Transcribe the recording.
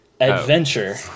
adventure